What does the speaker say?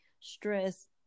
stress